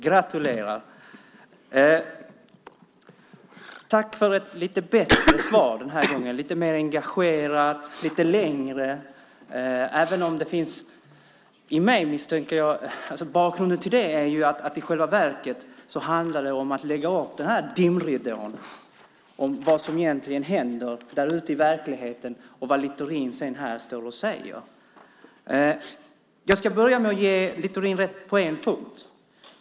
Gratulerar! Tack för ett lite bättre svar den här gången. Det var lite mer engagerat och lite längre. Bakgrunden är att det i själva verket handlar om att lägga ut denna dimridå om vad som egentligen händer ute i verkligheten och vad Littorin sedan säger här. Jag ska börja med att ge Littorin rätt på en punkt.